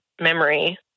memory